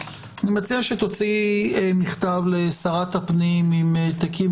אני מציע שתוציאי מכתב לשרת הפנים עם העתקים